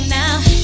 now